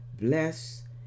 bless